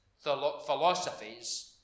philosophies